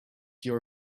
your